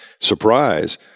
surprise